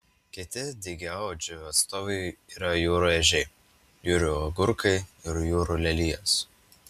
kiti dygiaodžių atstovai yra jūrų ežiai jūrų agurkai ir jūrų lelijos